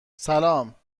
سلام